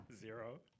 Zero